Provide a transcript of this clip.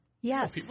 yes